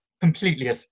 completely